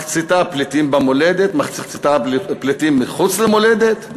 מחציתה פליטים במולדת, מחציתה פליטים מחוץ למולדת,